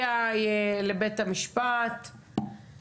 אתאר באיזה מצב הוא היה צריך להיות בשביל להיות בזום.